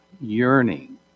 yearning